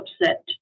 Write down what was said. upset